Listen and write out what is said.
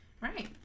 Right